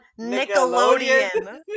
Nickelodeon